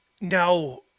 Now